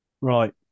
Right